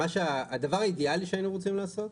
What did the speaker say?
הדבר האידיאלי שהיינו רוצים לעשות,